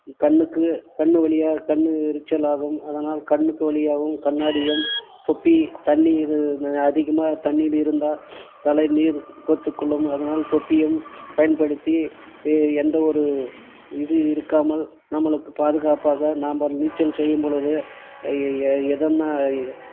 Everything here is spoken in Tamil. கண்ணுக்கு கண் வழியாக கண் எரிச்சலாகும் அதனால் கண்ணுக்கு வழியாகவும் கண்ணாடியும் தொப்பி தண்ணீர் அதிகமாக தண்ணீர் இருந்தால் தலையில் நீர் கோர்த்து கொள்ளும் அதனால் தொப்பியும் பயன்படுத்தி எந்த ஒரு இது இருக்காமல் நம்மளுக்கு பாதுகாப்பாக நாம் நீச்சல் செய்யும்பொழுது எதனால்